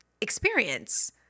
experience